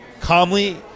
calmly